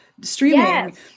streaming